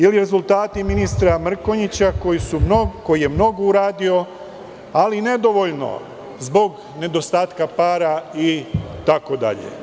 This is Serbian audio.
Ili rezultati ministra Mrkonjića, koji je mnogo uradio, ali nedovoljno zbog nedostatka para itd.